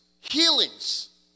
Healings